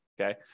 okay